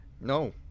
No